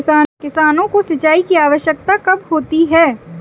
किसानों को सिंचाई की आवश्यकता कब होती है?